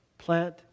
plant